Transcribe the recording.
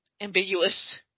ambiguous